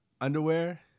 Underwear